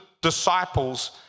disciples